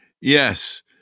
Yes